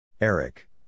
Eric